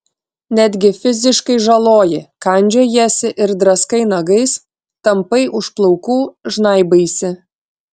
netgi fiziškai žaloji kandžiojiesi ir draskai nagais tampai už plaukų žnaibaisi